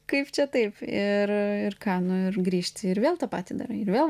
kaip čia taip ir ir ką nu ir grįžti ir vėl tą patį darai ir vėl